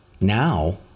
Now